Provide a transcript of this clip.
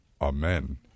Amen